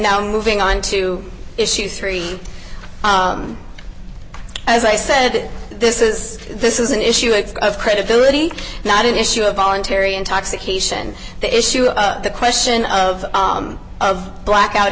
now moving on to issue three as i said this is this is an issue of credibility not an issue of voluntary intoxication the issue of the question of of blackout